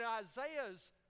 Isaiah's